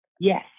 Yes